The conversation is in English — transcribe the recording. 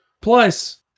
plus